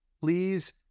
Please